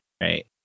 right